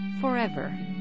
forever